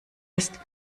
ist